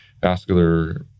vascular